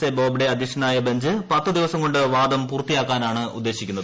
A Bobde അധ്യക്ഷനായ bench പത്ത് ദിവസം കൊണ്ട് വാദം പൂർത്തിയാക്കാനാണ് ഉദ്ദേശിക്കുന്നത്